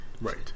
right